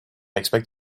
expect